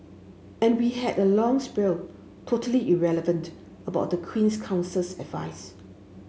and we had a long spiel totally irrelevant about the Queen's Counsel's advice